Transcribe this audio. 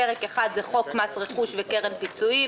פרק אחד הוא חוק מס רכוש וקרן פיצויים,